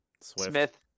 Smith